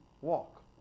walk